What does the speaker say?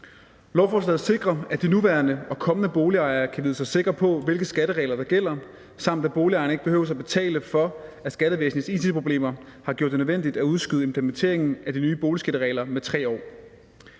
Lovforslaget sikrer, at de nuværende og kommende boligejere kan vide sig sikre på, hvilke skatteregler der gælder, samt at boligejerne ikke behøver at betale for, at skattevæsenets it-problemer har gjort det nødvendigt at udskyde implementeringen af de nye boligskatteregler med 3 år.